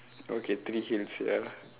okay three hill sia